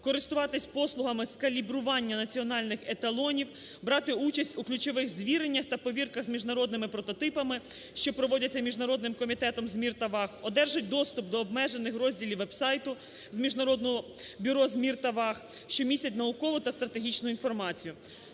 користуватися послугами з калібрування національних еталонів, брати участь у ключових звіреннях та повірках з міжнародними прототипами, що проводяться Міжнародним комітетом з мір та ваг, одержить доступ до обмежених розділів веб-сайту з Міжнародного бюро з мір та ваг, що містять наукову та стратегічну інформацію.